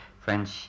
French